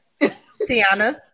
Tiana